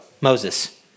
Moses